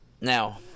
Now